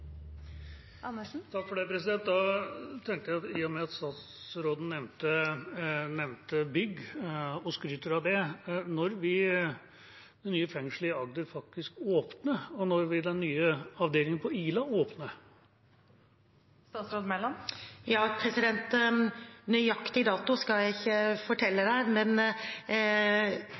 med at statsråden nevnte bygg og skryter av det: Når vil det nye fengslet i Agder faktisk åpne, og når vil den nye avdelingen på Ila åpne? Nøyaktig dato kan jeg ikke fortelle representanten, men